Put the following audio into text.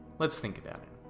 let's think about it,